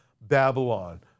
Babylon